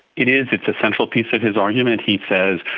it is, it's a central piece of his argument. he says,